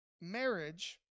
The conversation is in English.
marriage